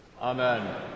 Amen